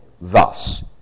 thus